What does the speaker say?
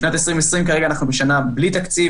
כרגע אנחנו בשנה בלי תקציב,